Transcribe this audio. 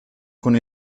con